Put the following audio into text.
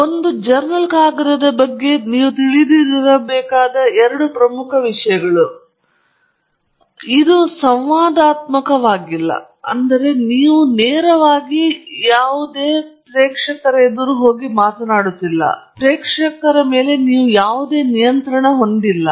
ಒಂದು ಜರ್ನಲ್ ಕಾಗದದ ಬಗ್ಗೆ ನೀವು ತಿಳಿದುಕೊಳ್ಳಬೇಕಾದ ಎರಡು ಪ್ರಮುಖ ವಿಷಯಗಳು ಇಲ್ಲಿ ಕೊನೆಯ ಎರಡು ಪಾಯಿಂಟುಗಳಾಗಿರಬಹುದು ಇದು ಸಂವಾದಾತ್ಮಕವಾಗಿಲ್ಲ ಮತ್ತು ನೀವು ಪ್ರೇಕ್ಷಕರ ಮೇಲೆ ಯಾವುದೇ ನಿಯಂತ್ರಣ ಹೊಂದಿಲ್ಲ